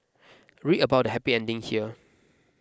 read about happy ending here